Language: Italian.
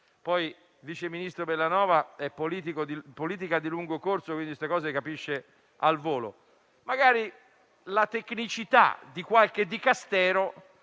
meno. Il vice ministro Bellanova, che è politica di lungo corso, queste cose le capisce al volo. Magari, la tecnicità di qualche Dicastero